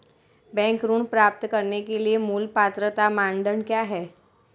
Bank ऋण प्राप्त करने के लिए मूल पात्रता मानदंड क्या हैं?